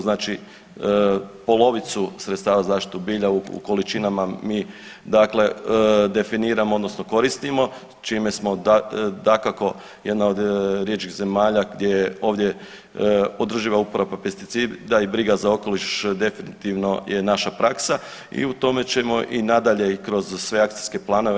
Znači polovicu sredstava za zaštitu bilja u količinama mi, dakle definiramo, odnosno koristimo čime smo dakako jedna od rjeđih zemalja gdje ovdje je održiva upotreba pesticida i briga za okoliš definitivno je naša praksa i u tome ćemo i nadalje i kroz sve akcijske planove.